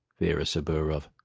vera sabouroff.